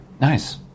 Nice